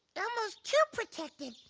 elmo's too protected,